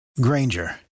Granger